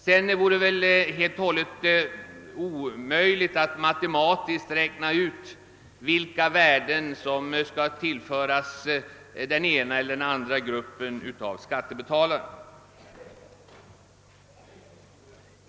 Det vore för övrigt helt omöjligt att matematiskt räkna ut vilka värden som skall tillföras den ena eller den andra gruppen av skattebetalare.